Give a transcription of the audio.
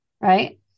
Right